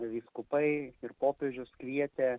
vyskupai ir popiežius kvietė